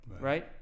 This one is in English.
right